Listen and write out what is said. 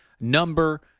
number